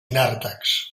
nàrtex